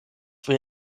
wir